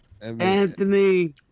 Anthony